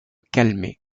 calmer